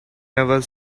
never